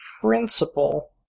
principle